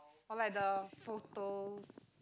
or like the photo